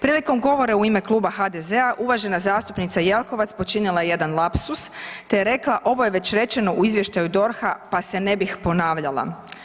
Prilikom govora u ime Kluba HDZ-a uvažena zastupnica Jeklovac počinila je jedan lapsus te je rekla ovo je već rečeno u izvještaju DORH-a pa se ne bih ponavljala.